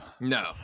No